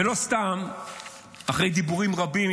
ולא סתם אחרי דיבורים רבים,